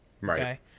Right